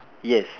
yes